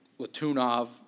Latunov